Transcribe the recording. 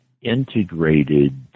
integrated